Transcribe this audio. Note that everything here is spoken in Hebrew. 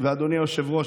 אדוני היושב-ראש,